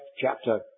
chapter